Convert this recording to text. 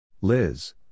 Liz